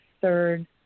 third